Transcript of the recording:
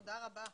תודה רבה לכולם.